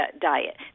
diet